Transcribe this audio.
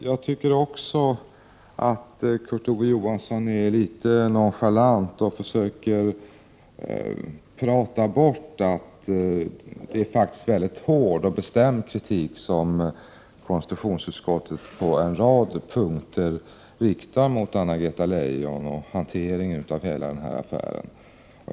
Herr talman! Också jag tycker att Kurt Ove Johansson är litet nonchalant. Han försöker komma ifrån att det faktiskt är väldigt hård och bestämd kritik som konstitutionsutskottet på en rad punkter riktar mot Anna-Greta Leijon och hela hanteringen av den här affären.